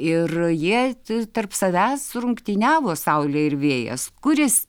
ir jie tarp savęs rungtyniavo saulė ir vėjas kuris